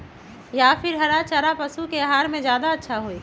या फिर हरा चारा पशु के आहार में ज्यादा अच्छा होई?